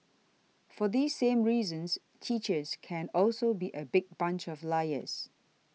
for these same reasons teachers can also be a big bunch of liars